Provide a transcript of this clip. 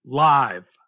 live